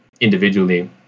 individually